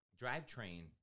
drivetrain